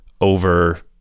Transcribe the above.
over